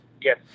Yes